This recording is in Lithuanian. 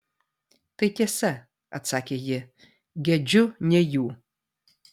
tai tiesa atsakė ji gedžiu ne jų